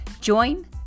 Join